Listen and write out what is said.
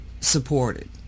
supported